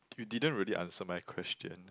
you didn't really answer my question